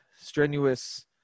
strenuous